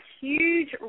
huge